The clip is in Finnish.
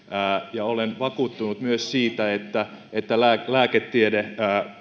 ja olen vakuuttunut myös siitä että että lääketiede